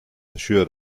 assured